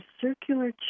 circular